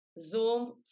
Zoom